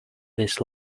this